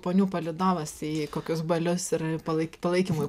ponių palydovas į kokius balius yra palaik palaikymui